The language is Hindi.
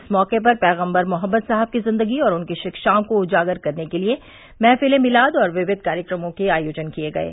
इस मौके पर पैगम्बर मोहम्मद साहब की जिन्दगी और उनकी शिक्षाओं को उजागर करने के लिए महफ़िल ए मीलाद और विक्वि कार्यक्रमों के आयोजन किए गये